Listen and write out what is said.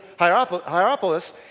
Hierapolis